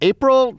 April